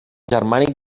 germànic